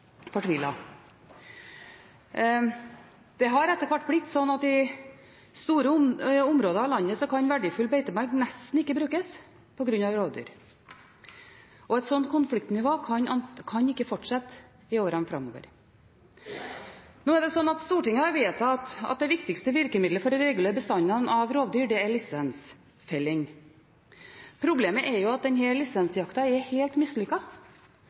etter hvert blitt slik at i store områder av landet kan verdifull beitemark nesten ikke brukes på grunn av rovdyr. Et slikt konfliktnivå kan ikke fortsette i årene framover. Stortinget har vedtatt at det viktigste virkemiddelet for å regulere bestandene av rovdyr er lisensfelling. Problemet er at denne lisensjakta er helt